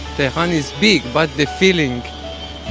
tehran is big, but the feeling,